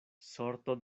sorto